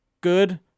good